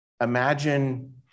imagine